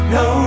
no